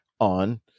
on